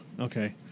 Okay